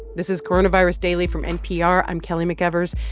this is coronavirus daily from npr. i'm kelly mcevers.